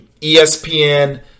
ESPN